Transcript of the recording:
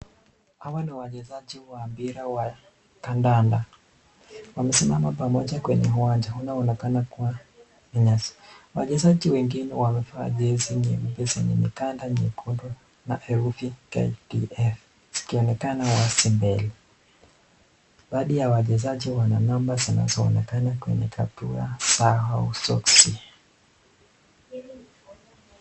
Hawa ni wachezaji wa mpira wa kandanda. Wamesimama pamoja kwenye uwanja, inayoonekana kua ni nyasi. Wachezaji wengine wamevaa jezi nyeupe zenye mikanda nyekundu na herufi KDF, zikionekana wazi mbele. Baadhi ya wachezaji wana namba zinazoonekana kwenye kaptura zao na soksi.